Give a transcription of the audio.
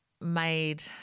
made